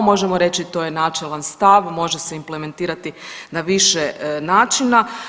Možemo reći to je načelan stav, može se implementirati na više načina.